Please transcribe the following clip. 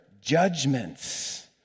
judgments